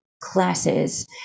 classes